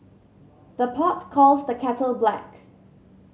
the pot calls the kettle black